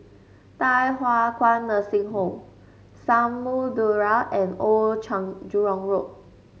Thye Hua Kwan Nursing Home Samudera and Old Jurong Road